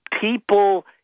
People